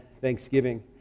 Thanksgiving